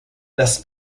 less